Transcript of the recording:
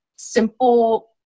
simple